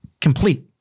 complete